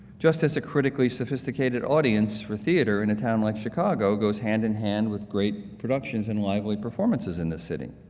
just as a critically sophisticated audience for theater in a town like chicago goes hand-in-hand with great productions and lively performances in the city.